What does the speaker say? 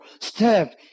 step